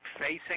facing